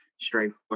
straightforward